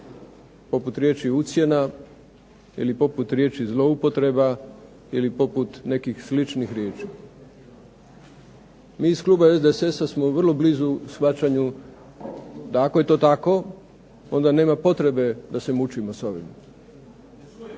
poput riječi ucjena, ili poput riječi zloupotreba ili poput nekih sličnih riječi. MI iz Kluba SDSS-a smo vrlo blizu shvaćanju da ako je to tako onda nema potrebe da se mučimo s ovim.